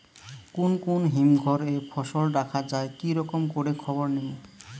কুন কুন হিমঘর এ ফসল রাখা যায় কি রকম করে খবর নিমু?